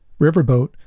riverboat